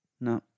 No